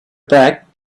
back